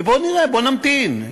ובואו נראה, בואו נמתין.